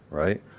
right?